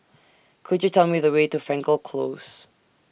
Could YOU Tell Me The Way to Frankel Close